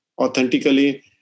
authentically